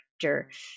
character